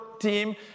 team